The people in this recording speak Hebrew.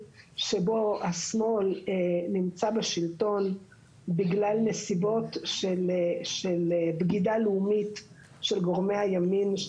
שבו השמאל נמצא בשלטון בגלל נסיבות של בגידה לאומית של גורמי הימין,